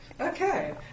Okay